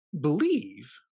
believe